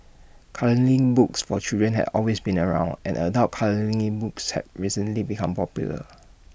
colouring books for children have always been around and adult colouring books have recently become popular